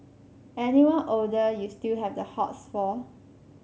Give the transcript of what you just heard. anyone older you still have the hots for